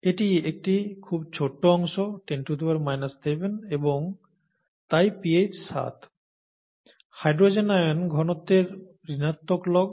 এটি একটি খুব ছোট অংশ 10 7 এবং তাই pH 7 হাইড্রোজেন আয়ন ঘনত্বের ঋণাত্মক লগ